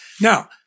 Now